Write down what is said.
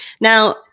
Now